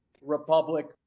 Republic